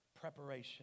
Preparation